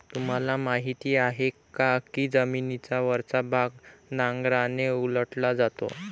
तुम्हाला माहीत आहे का की जमिनीचा वरचा भाग नांगराने उलटला जातो?